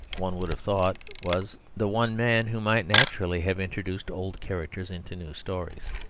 one would have thought, was the one man who might naturally have introduced old characters into new stories.